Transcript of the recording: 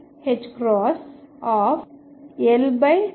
కాబట్టి X2Y2 ఇది 2mV02L22